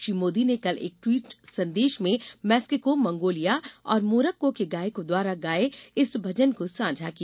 श्री मोदी ने कल एक ट्वीट संदेश में मैक्सिको मंगोलिया और मोरक्को के गायकों द्वारा गाये इस भजन को साझा किया